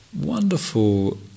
wonderful